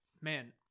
man